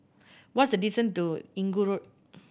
what is the distance to Inggu Road